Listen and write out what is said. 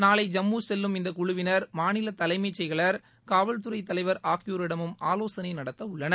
நாளை ஜம்மு செல்லும் இந்த குழுவினர் மாநில தலைமம செயலர் காவல்துறை தலைவர் ஆகியோரிடமும் ஆலோசனை நடத்த உள்ளனர்